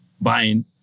buying